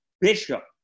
bishop